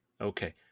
Okay